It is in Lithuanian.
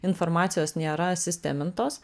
informacijos nėra sistemintos